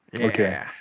Okay